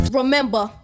remember